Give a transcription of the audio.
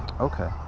Okay